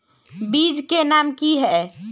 बीज के नाम की है?